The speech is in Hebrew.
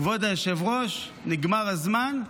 כבוד היושב-ראש, נגמר הזמן,